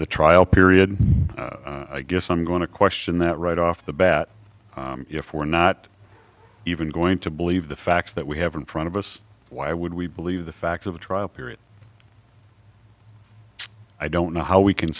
the trial period i guess i'm going to question that right off the bat if we're not even going to believe the facts that we have in front of us why would we believe the facts of the trial period i don't know how we can